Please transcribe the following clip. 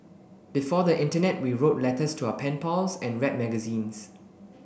before the internet we wrote letters to our pen pals and read magazines